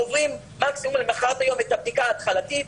עוברים מקסימום למוחרת היום את הבדיקה ההתחלתית,